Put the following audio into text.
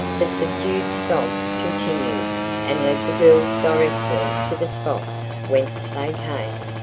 the subdued sobs continued and led the girls directly to the spot whence they came.